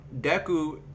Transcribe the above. deku